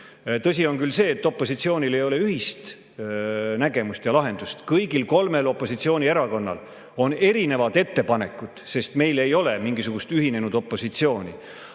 Tõsi on küll see, et opositsioonil ei ole ühist nägemust ja lahendust. Kõigil kolmel opositsioonierakonnal on erinevad ettepanekud, sest meil ei ole mingisugust ühinenud opositsiooni.